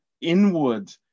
inward